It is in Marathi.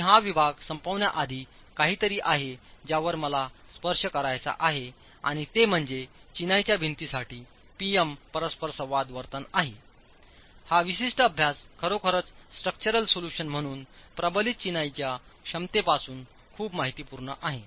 मी हा विभाग संपवण्याआधी काहीतरी आहे ज्यावर मला स्पर्श करायचा आहे आणि ते म्हणजे चिनाईच्या भिंतीसाठी पी एम परस्परसंवाद वर्तन आहे हा विशिष्ट अभ्यास खरोखरच स्ट्रक्चरल सोल्यूशन म्हणून प्रबलित चिनाईच्या क्षमतेपासून खूप माहितीपूर्ण आहे